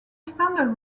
standard